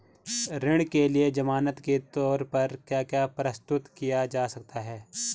ऋण के लिए ज़मानात के तोर पर क्या क्या प्रस्तुत किया जा सकता है?